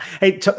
Hey